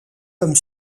comme